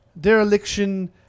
dereliction